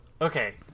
Okay